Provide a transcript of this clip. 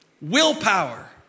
Willpower